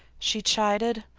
she chided.